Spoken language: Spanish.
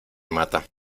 mata